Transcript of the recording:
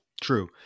True